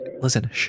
listen